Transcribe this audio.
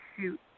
shoot